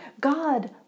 God